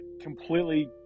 completely